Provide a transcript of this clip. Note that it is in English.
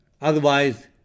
otherwise